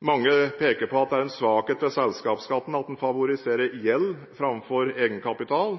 Mange peker på at det er en svakhet ved selskapsskatten at den favoriserer gjeld framfor egenkapital.